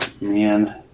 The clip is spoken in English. man